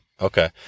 Okay